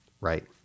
right